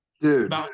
Dude